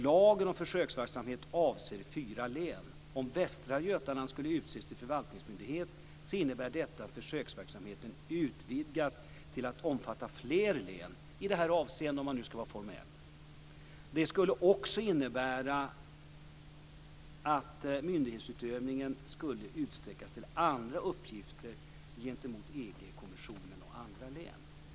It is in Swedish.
Lagen om försöksverksamhet avser fyra län. Om Västra Götaland skulle utses till förvaltningsmyndighet innebär det att försöksverksamheten utvidgas till att omfatta fler län i det avseendet. Det skulle också innebära att myndighetsutövningen skulle utsträckas till andra uppgifter gentemot EG kommissionen och andra län.